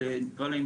של נקרא להם,